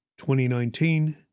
2019